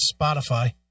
Spotify